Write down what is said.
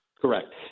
Correct